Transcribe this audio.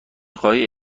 خواهی